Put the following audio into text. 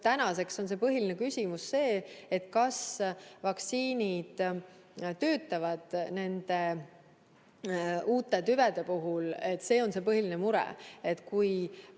Tänaseks on põhiline küsimus see, et kas vaktsiinid töötavad nende uute tüvede puhul. See on põhiline mure. Kui